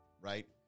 right